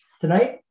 tonight